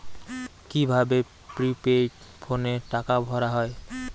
কি ভাবে প্রিপেইড ফোনে টাকা ভরা হয়?